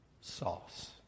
Sauce